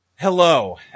Hello